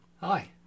Hi